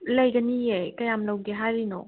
ꯂꯩꯒꯅꯤꯑꯦ ꯀꯌꯥꯝ ꯂꯧꯒꯦ ꯍꯥꯏꯔꯤꯅꯣ